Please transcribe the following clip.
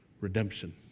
redemption